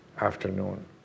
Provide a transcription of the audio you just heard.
afternoon